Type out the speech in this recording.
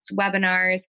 webinars